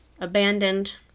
abandoned